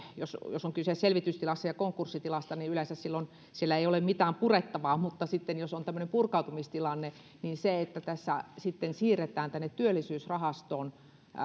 jos on kyse selvitystilasta ja konkurssitilasta niin yleensä siellä ei ole mitään purettavaa mutta jos on tämmöinen purkautumistilanne niin sitten siirretään työllisyysrahastoon